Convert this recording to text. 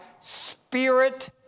spirit